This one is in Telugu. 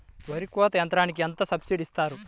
వరి కోత యంత్రంకి ఎంత సబ్సిడీ ఇస్తారు?